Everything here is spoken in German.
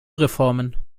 reformen